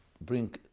bring